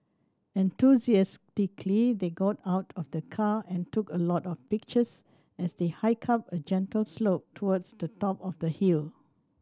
enthusiastically they got out of the car and took a lot of pictures as they hiked up a gentle slope towards the top of the hill